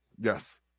yes